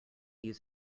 use